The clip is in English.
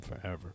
forever